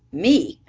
me?